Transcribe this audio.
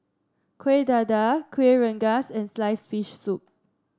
Kueh Dadar Kueh Rengas and sliced fish soup